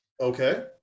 Okay